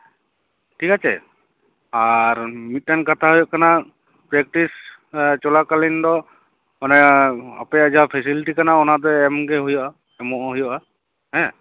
ᱴᱷᱤᱠ ᱟᱪᱷᱮ ᱟᱨ ᱢᱤᱫᱴᱟᱝ ᱠᱷᱟᱛᱷᱟ ᱦᱩᱭᱩᱜ ᱠᱟᱱᱟ ᱯᱨᱮᱠᱴᱤᱥ ᱮᱸᱜ ᱪᱚᱞᱟᱠᱟᱞᱤᱱ ᱫᱚ ᱢᱟᱱᱮ ᱟᱯᱮᱭᱟᱜ ᱡᱟᱦᱟᱸ ᱯᱷᱮᱥᱮᱞᱤᱴᱤ ᱠᱟᱱᱟ ᱚᱱᱟ ᱫᱚ ᱮᱢᱜᱮ ᱦᱩᱭᱩᱜᱼᱟ ᱮᱢᱚᱜ ᱦᱩᱭᱩᱜᱼᱟ ᱦᱮᱸ